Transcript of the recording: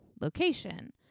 location